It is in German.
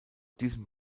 diesem